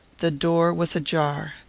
the door was ajar.